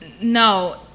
No